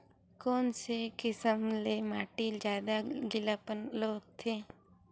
कोन से किसम के माटी ज्यादा गीलापन रोकथे?